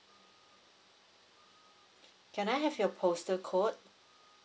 can I have your postal code